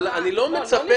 אני לא מצפה